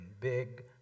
big